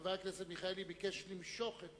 חבר הכנסת מיכאלי ביקש למשוך את